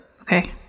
okay